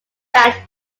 fat